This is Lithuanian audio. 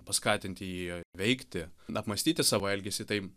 paskatinti jį veikti apmąstyti savo elgesį tai